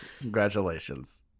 Congratulations